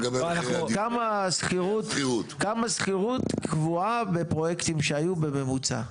כמה שכירות קבועה בפרויקטים שהיו, בממוצע?